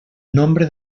nombre